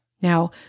Now